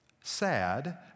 sad